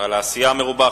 ועל העשייה המרובה.